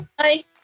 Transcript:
Hi